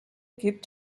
gibt